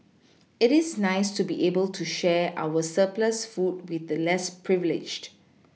it is nice to be able to share our surplus food with the less privileged